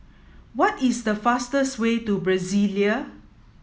what is the fastest way to Brasilia